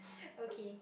okay